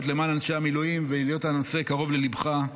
למען אנשי המילואים ועל היות הנושא קרוב לליבך.